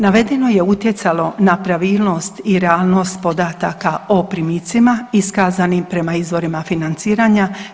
Navedeno je utjecalo na pravilnost i realnost podataka o primicima iskazanim prema izvorima financiranja.